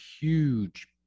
huge